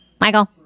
Michael